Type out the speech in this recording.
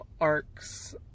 arcs